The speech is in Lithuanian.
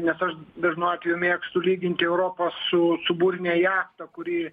nes aš dažnu atveju mėgstu lyginti europą su burine jachta kuri